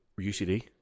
UCD